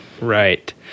Right